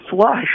flush